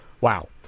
Wow